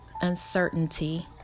uncertainty